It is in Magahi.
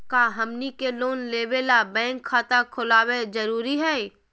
का हमनी के लोन लेबे ला बैंक खाता खोलबे जरुरी हई?